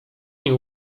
nie